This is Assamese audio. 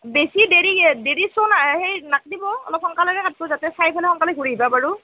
বেছি দেৰিকে দেৰি শ্ব' সেই নাকটিব অলপ সোনকালেকে কাটিব যাতে চাই পেলাই সোনকালে ঘূৰি আহিব পাৰোঁ